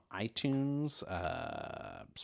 iTunes